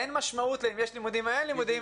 אין משמעות אם יש לימודים או אין לימודים,